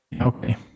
Okay